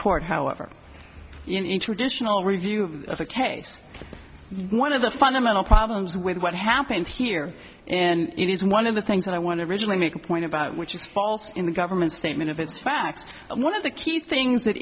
court however in traditional review of the case one of the fundamental problems with what happened here and it is one of the things that i want to rigidly make a point about which is false in the government statement of its facts one of the key things that